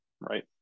right